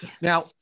Now